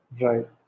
Right